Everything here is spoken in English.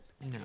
No